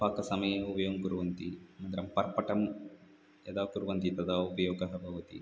पाकसमये उपयोगं कुर्वन्ति अनन्तरं पर्पटं यदा कुर्वन्ति तदा उपयोगः भवति